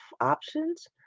options